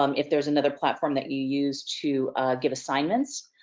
um if there's another platform that you use to give assignments,